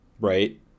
Right